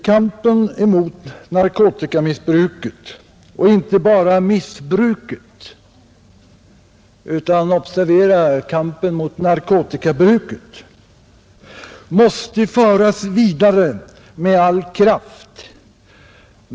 Kampen mot narkotikamissbruket och inte bara missbruket utan — observera detta! — kampen mot narkotikabruket måste föras vidare med all kraft.